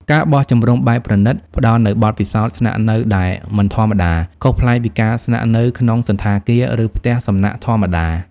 ការបោះជំរំបែបប្រណីត ផ្តល់នូវបទពិសោធន៍ស្នាក់នៅដែលមិនធម្មតា ខុសប្លែកពីការស្នាក់នៅក្នុងសណ្ឋាគារ ឬផ្ទះសំណាក់ធម្មតា។